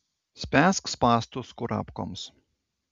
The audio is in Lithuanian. spęsk spąstus kurapkoms